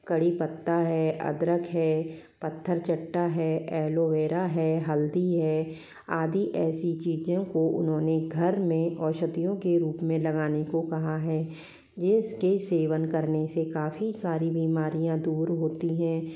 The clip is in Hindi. कढ़ी पत्ता है अदरक है पत्थर चट्टा है एलोवेरा है हल्दी है आदि ऐसी चीजों को उन्होंने घर में औषधियों के रूप में लगाने को कहा है जिसके सेवन करने से काफ़ी सारी बीमारियाँ दूर होती हैं